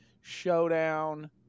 showdown